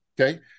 Okay